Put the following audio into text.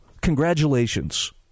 congratulations